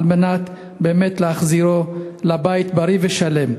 להחזירו הביתה בריא ושלם.